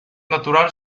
natural